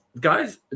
guys